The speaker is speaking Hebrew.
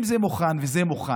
אם זה מוכן, וזה מוכן,